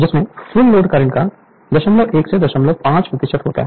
जिसमें full load current का 01 से 05 प्रतिशत होता है